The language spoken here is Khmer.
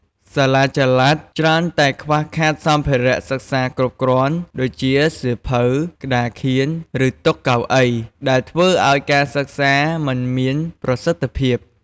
សាលាចល័តច្រើនតែខ្វះខាតសម្ភារៈសិក្សាគ្រប់គ្រាន់ ដូចជាសៀវភៅ ក្ដារខៀន ឬតុ កៅអី ដែលធ្វើអោយការសិក្សាមិនមានប្រសិទ្ធភាព។